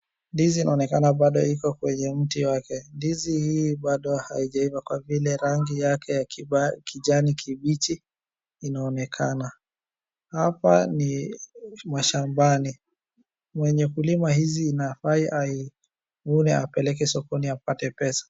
Ndizi inaonekana bado iko kwenye mti wake. Ndizi hii bado haijaiva kwa vile rangi ya kijani kibichi inaonekana. Hapa ni mashambani mwenye kulima hizi inafai aivune apeleke sokoni apate pesa.